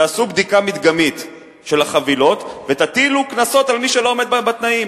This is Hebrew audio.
תעשו בדיקה מדגמית של החבילות ותטילו קנסות על מי שלא עומד בתנאים,